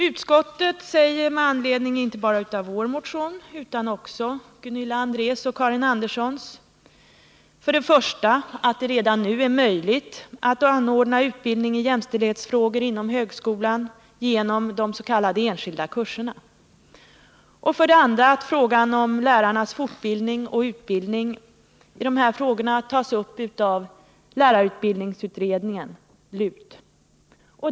Utskottet säger med anledning av inte bara vår motion utan också Gunilla Andrés och Karin Anderssons motion för det första att det redan nu är möjligt att anordna utbildning i jämställdhetsfrågor inom högskolan genom de s.k. enskilda kurserna och för det andra att lärarnas fortbildning och utbildning i dessa frågor tas upp av lärarutbildningsutredningen, LUT.